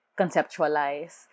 conceptualize